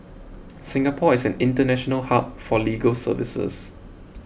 Singapore is an international hub for legal services